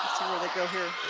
where they go here.